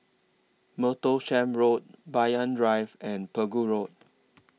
Martlesham Road Banyan Drive and Pegu Road